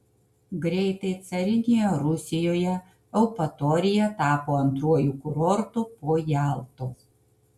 greitai carinėje rusijoje eupatorija tapo antruoju kurortu po jaltos